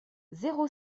zéro